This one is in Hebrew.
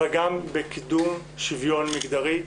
אבל גם בקידום שוויון מגדרי.